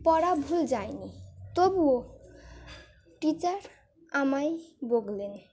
পড়া ভুল যায়নি তবুও টিচার আমায় বকলেন